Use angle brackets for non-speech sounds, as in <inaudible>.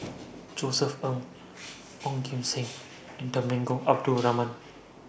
<noise> Josef Ng Ong Kim Seng and Temenggong Abdul Rahman